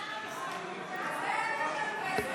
לזה אין לכם